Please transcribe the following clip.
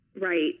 Right